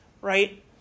right